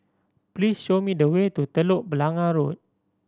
please show me the way to Telok Blangah Road